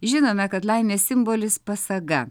žinome kad laimės simbolis pasaga